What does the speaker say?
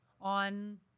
on